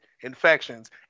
infections